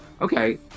Okay